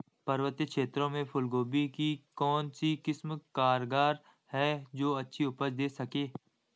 पर्वतीय क्षेत्रों में फूल गोभी की कौन सी किस्म कारगर है जो अच्छी उपज दें सके?